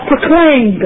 Proclaim